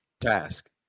task